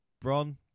Bron